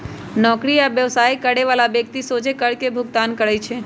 नौकरी आ व्यवसाय करे बला व्यक्ति सोझे कर के भुगतान करइ छै